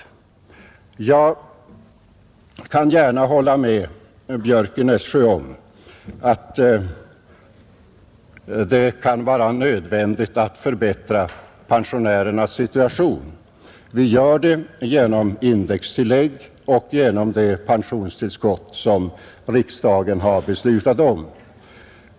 Jag vill gärna hålla med herr Björck i Nässjö om att det kan vara nödvändigt att förbättra pensionärernas situation. Vi gör det genom indextillägg och genom det pensionstillskott som riksdagen beslutat om.